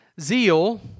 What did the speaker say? Zeal